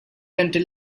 until